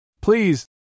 Please